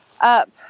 up